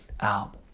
out